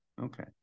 Okay